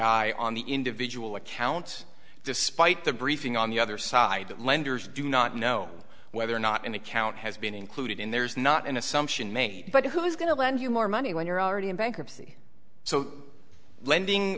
i on the individual accounts despite the briefing on the other side that lenders do not know whether or not an account has been included in there is not an assumption made but who is going to lend you more money when you're already in bankruptcy so lending